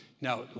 now